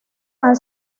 han